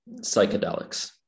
psychedelics